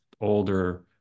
older